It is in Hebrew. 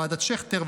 ועדת שכטר,